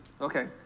Okay